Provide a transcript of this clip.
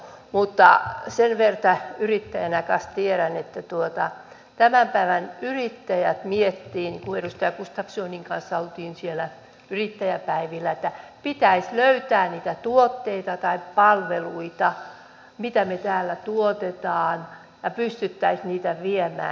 mutta sen verran yrittäjänä kanssa tiedän että tämän päivän yrittäjät miettivät niin kuin edustaja gustafssonin kanssa olimme siellä yrittäjäpäivillä että pitäisi löytää niitä tuotteita tai palveluita mitä me täällä tuotamme ja pystyisimme viemään